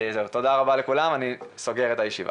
תודה רבה לכולם, אני סוגר את הישיבה.